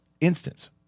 instance